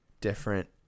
different